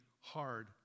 hard